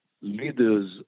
leaders